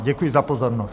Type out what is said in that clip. Děkuji za pozornost.